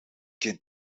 kind